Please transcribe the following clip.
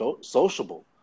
sociable